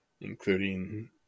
including